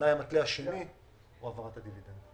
התנאי המתלה השני הוא העברת הדיבידנד.